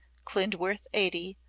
klindworth eighty,